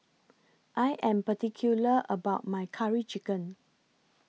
I Am particular about My Curry Chicken